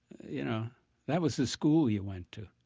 you know that was the school you went to.